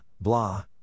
blah